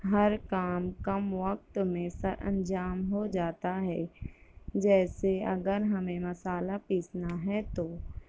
ہر کام کم وقت میں سرانجام ہو جاتا ہے جیسے اگر ہمیں مصالحہ پیسنا ہے تو